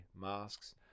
masks